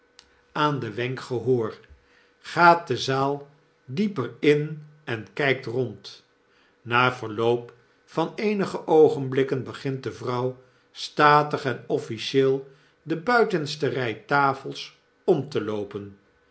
aan den wenk gehoor gaat de zaal dieper in en kijkt rond na verloop van eenige oogenblikken begint devrouw statig en officieel de buitenste rij tafels om te loopen